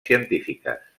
científiques